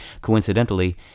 Coincidentally